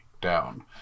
down